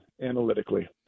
analytically